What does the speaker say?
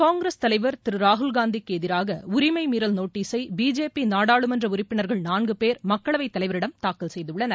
காங்கிரஸ் தலைவர் திரு ராகுல்காந்திக்கு எதிராக உரிமை மீறல் நோட்டீசை பிஜேபி நாடாளுமன்ற உறுப்பினர்கள் நான்கு பேர் மக்களவைத் தலைவரிடம் தாக்கல் செய்துள்ளனர்